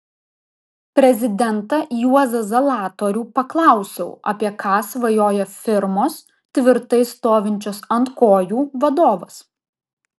prezidentą juozą zalatorių paklausiau apie ką svajoja firmos tvirtai stovinčios ant kojų vadovas